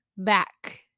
back